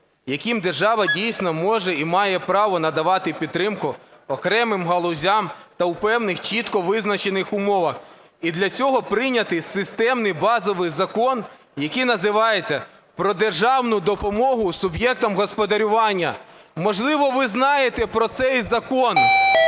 яким держава дійсно може і має право надавати підтримку окремим галузям та у певних чітко визначених умовах. І для цього прийнятий системний базовий Закон, який називається "Про державну допомогу суб'єктам господарювання". Можливо, ви знаєте про цей закон.